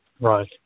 Right